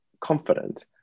confident